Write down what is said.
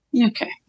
Okay